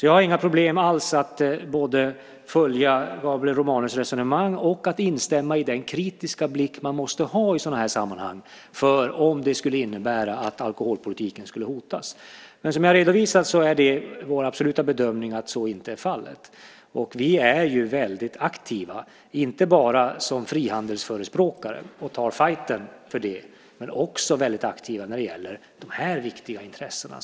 Jag har inga problem alls att både följa Gabriel Romanus resonemang och dela den kritiska blick man måste ha i sådana här sammanhang om det skulle innebära att alkoholpolitiken skulle hotas. Men som jag redovisat är det vår absoluta bedömning att så inte är fallet. Vi är väldigt aktiva inte bara som frihandelsförespråkare som tar fajten för det, utan vi är också väldigt aktiva när det gäller de här viktiga intressena.